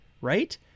right